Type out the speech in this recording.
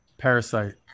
Parasite